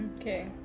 Okay